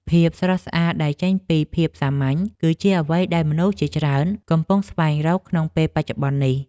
ភាពស្រស់ស្អាតដែលចេញពីភាពសាមញ្ញ គឺជាអ្វីដែលមនុស្សជាច្រើនកំពុងស្វែងរកក្នុងពេលបច្ចុប្បន្ននេះ។